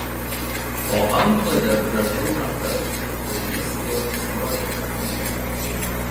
po antklode grąžau rankas kol jis vėl įsliuogia į lovą